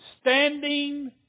standing